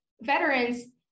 veterans